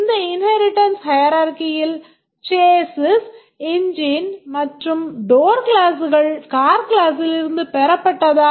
இந்த இன்ஹேரிட்டன்ஸ் hierarchyயில் chasis engine மற்றும் door கிளாஸ்கள் car classலிருந்து பெறப்பட்டதா